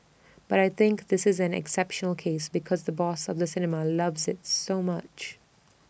but I think this is an exceptional case because the boss of the cinema loves IT so much